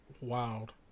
wild